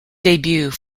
debut